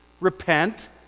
Repent